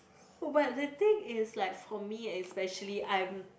but the thing is like for me especially I'm